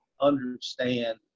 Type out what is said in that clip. understand